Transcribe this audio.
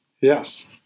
Yes